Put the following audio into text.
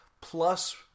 plus